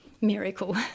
miracle